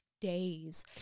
days